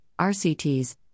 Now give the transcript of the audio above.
RCTs